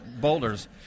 boulders